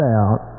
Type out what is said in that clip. out